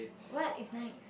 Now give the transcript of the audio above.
what is nice